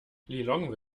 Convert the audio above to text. lilongwe